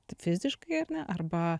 fiziškai ar ne arba